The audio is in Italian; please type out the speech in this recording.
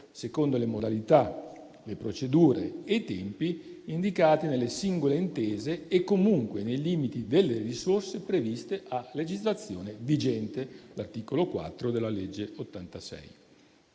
secondo le modalità, le procedure e i tempi indicati nelle singole intese e comunque nei limiti delle risorse previste a legislazione vigente (articolo 4 della legge n.